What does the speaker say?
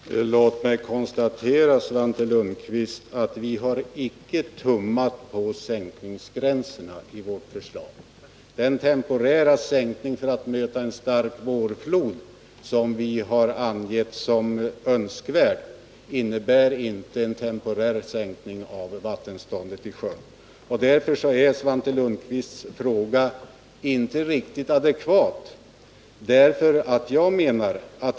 Fru talman! Låt mig konstatera, Svante Lundkvist, att vi i vårt förslag icke har tummat på sänkningsgränserna. Den temporära sänkning för att möta en 117 stark vårflod, som vi har angett som önskvärd, innebär inte en bestående sänkning av vattenståndet i sjön. Därför är Svante Lundkvists fråga inte riktigt adekvat.